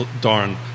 darn